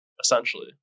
essentially